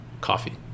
coffee